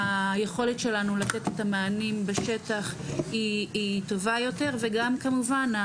היכולת שלנו לתת את המענים בשטח היא טובה יותר וגם כמובן,